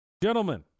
Gentlemen